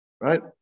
right